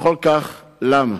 וכל כך למה?